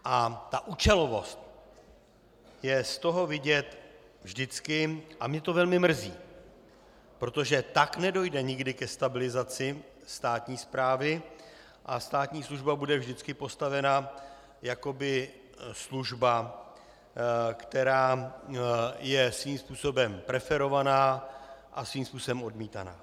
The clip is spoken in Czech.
A ta účelovost je z toho vidět vždycky, a mě to velmi mrzí, protože tak nedojde nikdy ke stabilizaci státní správy a státní služba bude vždycky postavena jakoby služba, která je svým způsobem preferovaná a svým způsobem odmítaná.